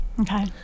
Okay